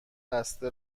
بسته